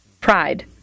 pride